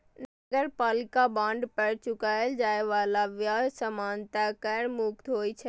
नगरपालिका बांड पर चुकाएल जाए बला ब्याज सामान्यतः कर मुक्त होइ छै